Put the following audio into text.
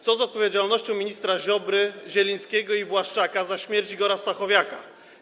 Co z odpowiedzialnością ministrów Ziobry, Zielińskiego i Błaszczaka za śmierć Igora Stachowiaka?